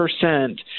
percent